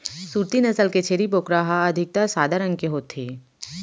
सूरती नसल के छेरी बोकरा ह अधिकतर सादा रंग के होथे